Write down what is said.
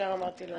ישר אמרתי אני שם.